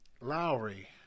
Lowry